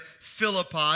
Philippi